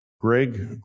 Greg